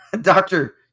doctor